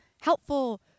helpful